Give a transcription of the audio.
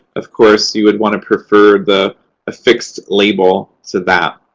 of course, you would want to prefer the affixed label to that.